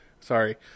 Sorry